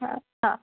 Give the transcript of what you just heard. હા હા